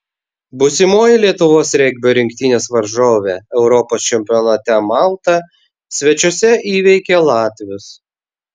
būsimoji lietuvos regbio rinktinės varžovė europos čempionate malta svečiuose įveikė latvius